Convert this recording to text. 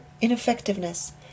ineffectiveness